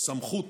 סמכות